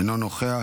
אינו נוכח.